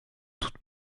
toutes